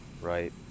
right